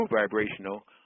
vibrational